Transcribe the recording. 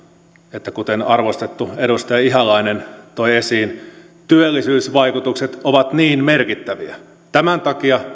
että kuten arvostettu edustaja ihalainen toi esiin työllisyysvaikutukset ovat niin merkittäviä tämän takia